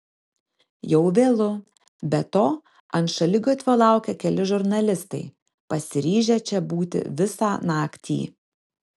jau vėlu be to ant šaligatvio laukia keli žurnalistai pasiryžę čia būti visą naktį